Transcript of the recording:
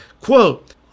Quote